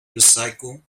recycle